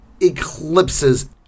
eclipses